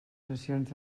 sessions